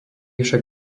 však